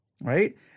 Right